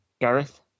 Gareth